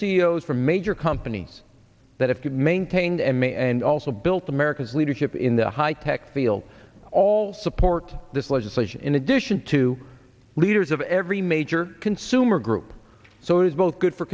o s from major companies that have good maintained m a and also built america's leadership in the high tech field all support this legislation in addition to leaders of every major consumer group so it is both good for